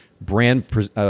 brand